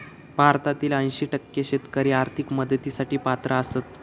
भारतातील ऐंशी टक्के शेतकरी आर्थिक मदतीसाठी पात्र आसत